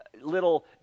Little